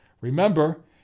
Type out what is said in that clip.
Remember